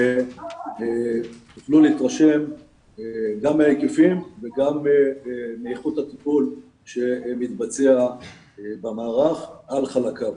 ותוכלו להתרשם גם מההיקפים וגם מאיכות הטיפול שמתבצע במערך על חלקיו.